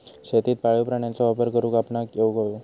शेतीत पाळीव प्राण्यांचो वापर करुक आपणाक येउक हवो